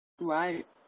right